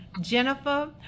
Jennifer